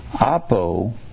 apo